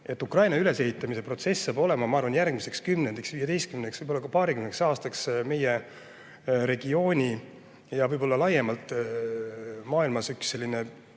Ukraina ülesehitamise protsess saab olema, ma arvan, järgmiseks kümneks, viieteistkümneks, võib-olla paarikümneks aastaks meie regiooni ja võib-olla laiemalt maailmas üks selline